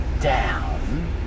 down